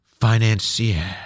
financier